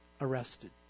arrested